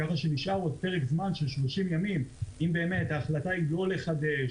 כך שנשאר עוד פרק זמן של 30 ימים אם באמת ההחלטה היא לא לחדש,